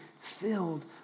filled